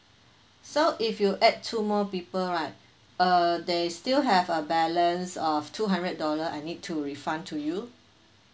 so if you add two more people right uh there is still have a balance of two hundred dollar I need to refund to you